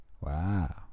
wow